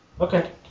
Okay